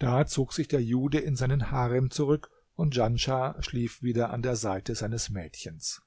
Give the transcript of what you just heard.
da zog sich der jude in seinen harem zurück und djanschah schlief wieder an der seite seines mädchens